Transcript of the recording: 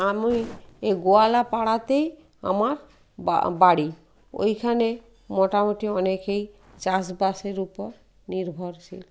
আমি এ গোয়ালা পাড়াতেই আমার বাড়ি ওইখানে মোটামুটি অনেকেই চাষবাসের উপর নির্ভরশীল